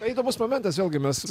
įdomus momentas vėl gi mes